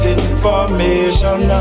information